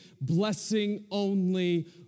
blessing-only